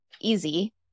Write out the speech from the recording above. easy